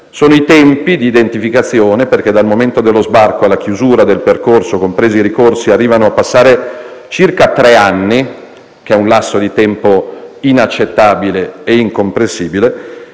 sono i tempi di identificazione, perché dal momento dello sbarco alla chiusura del percorso, compresi i ricorsi, passano fino a circa tre anni, che è un lasso di tempo inaccettabile e incomprensibile.